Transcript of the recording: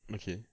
okay